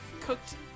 cooked